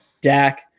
Dak